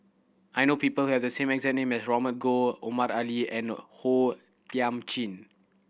I know people who have the same exact Robert Goh Omar Ali and O Thiam Chin